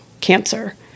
cancer